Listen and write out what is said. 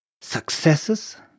successes